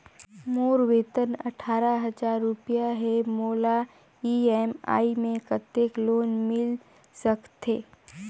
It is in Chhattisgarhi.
मोर वेतन अट्ठारह हजार रुपिया हे मोला ई.एम.आई मे कतेक लोन मिल सकथे?